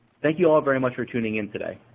thank you all very much for tuning in today.